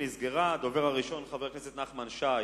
הדובר הראשון, חבר הכנסת נחמן שי,